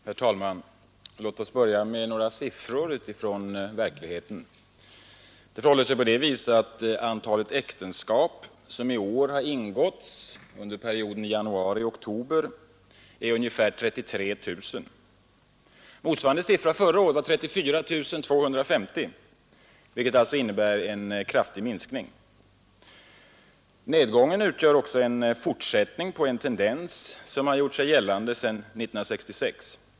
Herr talman! Låt oss börja med några siffror utifrån verkligheten. Antalet äktenskap som i år ingåtts under perioden januari—-oktober är ungefär 33 000. Motsvarande siffra förra året var 34 250. Detta innebär alltså en kraftig nedgång. Minskningen utgör också en fortsättning på en tendens, som gjort sig gällande sedan 1966.